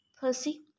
Percy